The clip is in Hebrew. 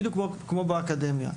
בדיוק כמו באקדמיה.